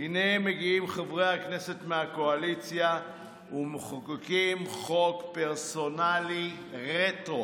הינה מגיעים חברי הכנסת מהקואליציה ומחוקקים חוק פרסונלי רטרו.